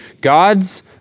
God's